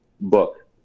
Book